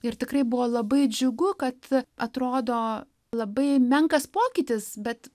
ir tikrai buvo labai džiugu kad atrodo labai menkas pokytis bet